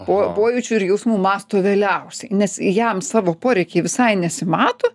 po pojūčių ir jausmų mąsto vėliausiai nes jam savo poreikiai visai nesimato